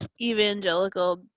evangelical